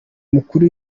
mukuru